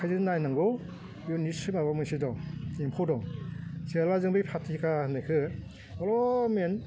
ओंखायनो नायनांगौ बेयाव निच्चय माबा मोनसे दं एम्फौ दं जेब्ला जों बे फाटिखा होन्नायखौ इसेयै